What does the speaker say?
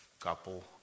couple